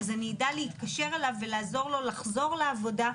אז אני אדע להתקשר אליו ולעזור לו לחזור לעבודה,